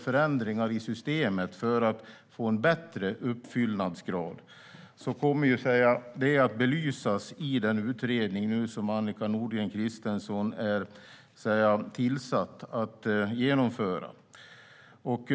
Förändringar i systemet för att få en bättre uppfyllnadsgrad kommer att belysas i den utredning som Annika Nordgren Christensen ska genomföra.